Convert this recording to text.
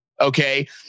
Okay